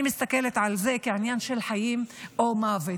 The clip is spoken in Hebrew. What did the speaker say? אני מסתכלת על זה כעל עניין של חיים או מוות.